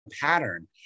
pattern